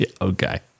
Okay